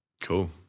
Cool